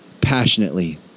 passionately